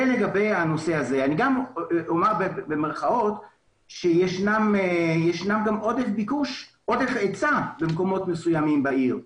במירכאות אני אומר שיש עודף היצע במקומות מסוימים בעיר.